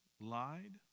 lied